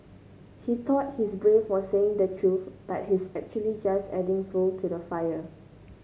he thought he's brave for saying the truth but he is actually just adding fuel to the fire